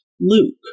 Luke